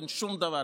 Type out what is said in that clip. אין שום דבר,